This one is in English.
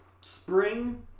spring